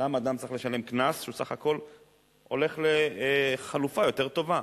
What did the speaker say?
למה אדם צריך לשלם קנס כשהוא בסך הכול הולך לחלופה יותר טובה?